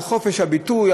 על חופש הביטוי,